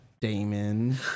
Damon